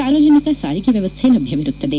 ಸಾರ್ವಜನಿಕ ಸಾರಿಗೆ ವ್ಯವಸ್ಥೆ ಲಭ್ಯವಿರುತ್ತದೆ